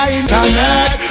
internet